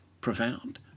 profound